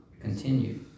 continue